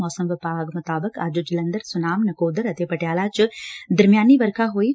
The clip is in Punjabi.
ਮੌਸਮ ਵਿਭਾਗ ਅਨੁਸਾਰ ਅੱਜ ਜਲੰਧਰ ਸੁਨਾਮ ਨਕੋਦਰ ਅਤੇ ਪਟਿਆਲਾ ਚ ਦਰੀਮਆਨੀ ਵਰਖਾ ਹੋਈ ਐ